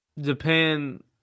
Japan